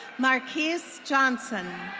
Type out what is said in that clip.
marquis so johnson.